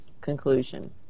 conclusion